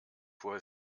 vor